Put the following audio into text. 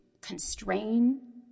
constrain